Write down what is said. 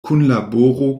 kunlaboro